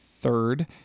third